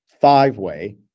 five-way